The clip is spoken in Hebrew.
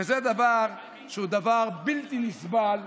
וזה דבר שהוא דבר בלתי נסבל.